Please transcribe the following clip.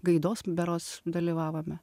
gaidos berods dalyvavome